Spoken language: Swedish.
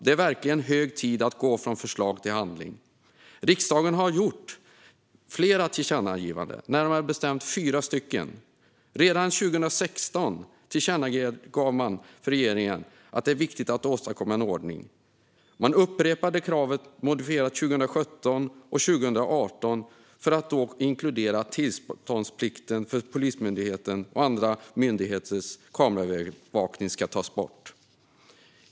Det är verkligen hög tid att gå från förslag till handling. Riksdagen har gjort flera tillkännagivanden, närmare bestämt fyra stycken. Redan 2016 tillkännagav man för regeringen att det är viktigt att åstadkomma en ordning. Man upprepade kravet modifierat 2017 och 2018 för att då inkludera att tillståndsplikten för Polismyndighetens och andra myndigheters kamerabevakning ska tas bort.